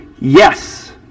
yes